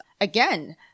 again